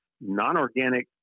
non-organic